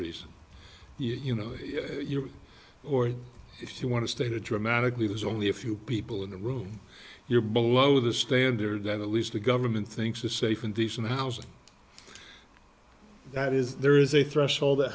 reason you know if you or if you want to stay dramatically there's only a few people in the room you're below the standard that at least the government thinks is safe and decent housing that is there is a threshold that